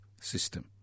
system